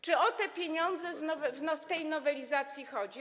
Czy o te pieniądze w tej nowelizacji chodzi?